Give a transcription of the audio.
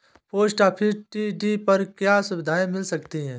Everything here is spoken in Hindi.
पोस्ट ऑफिस टी.डी पर क्या सुविधाएँ मिल सकती है?